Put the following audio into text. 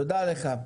תודה לך.